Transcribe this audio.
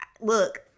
look